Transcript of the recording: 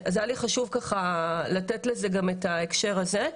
אז היה לי חשוב לתת לזה גם את ההקשר הזה,